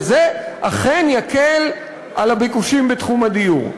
וזה אכן יקל על הביקושים בתחום הדיור.